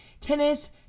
tennis